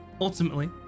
Ultimately